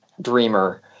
Dreamer